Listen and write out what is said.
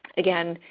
again,